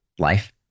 life